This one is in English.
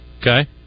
Okay